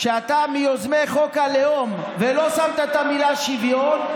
שאתה מיוזמי חוק הלאום ושלא שמת את המילה שוויון,